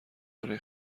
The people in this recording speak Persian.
برای